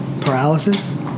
Paralysis